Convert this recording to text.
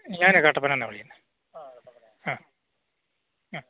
ഞാൻ കട്ടപ്പനയിൽ നിന്നാണ് വിളിക്കുന്നത് ആ അ